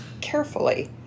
carefully